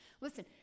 Listen